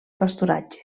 pasturatge